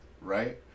right